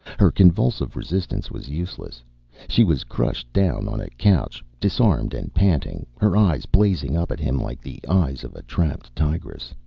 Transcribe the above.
her convulsive resistance was useless she was crushed down on a couch, disarmed and panting, her eyes blazing up at him like the eyes of a trapped tigress.